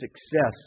success